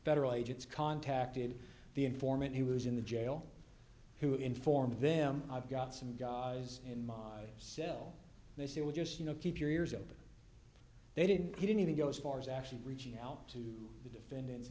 federal agents contacted the informant he was in the jail who informed them i've got some guys in my cell they say with just you know keep your ears open they didn't he didn't even go as far as actually reaching out to the defendant